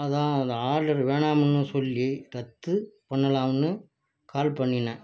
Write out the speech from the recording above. அதுதான் அந்த ஆர்டர் வேணாமுன்னு சொல்லி ரத்து பண்ணலாம்னு கால் பண்ணினேன்